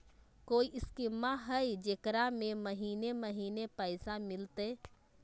कोइ स्कीमा हय, जेकरा में महीने महीने पैसा मिलते?